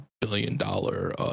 billion-dollar